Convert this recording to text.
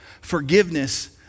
Forgiveness